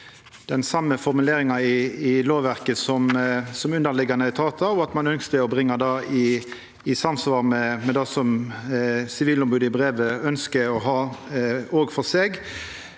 den same formuleringa i lovverket som underliggjande etatar har, og ein ønskte å bringa dette i samsvar med det som Sivilombodet i brevet ønskjer å ha òg for seg.